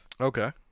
Okay